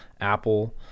Apple